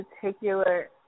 particular